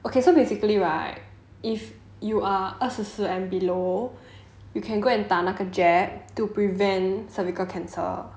okay so basically right if you are 二十四 and below you can go and 打那个 jab to prevent cervical cancer